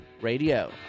Radio